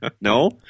No